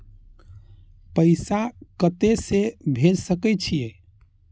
पैसा कते से भेज सके छिए?